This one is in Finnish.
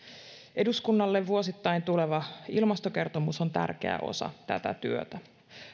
eduskunnalle vuosittain tuleva ilmastokertomus on tärkeä osa tätä työtä